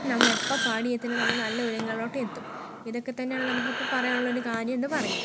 നമ്മൾ എപ്പോൾ പാടി എത്തണോ നമ്മൾ നല്ല ഉയരങ്ങളിലോട്ട് എത്തും ഇതൊക്കെ തന്നെയാണ് നമുക്കിപ്പോൾ പറയാനുള്ളൊരു കാര്യമെന്ന് പറയുന്നത്